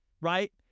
right